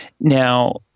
Now